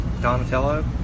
Donatello